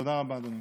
תודה רבה, אדוני.